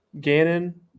Gannon